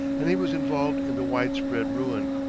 and he was involved in the widespread ruin.